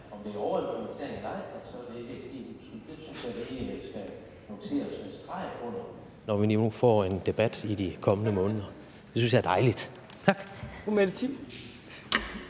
når vi nu får en debat i de kommende måneder. Det synes jeg er dejligt. Kl.